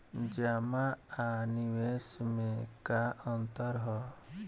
जमा आ निवेश में का अंतर ह?